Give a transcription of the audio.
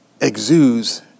exudes